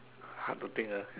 hard to think ah